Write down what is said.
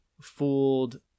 fooled